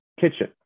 kitchen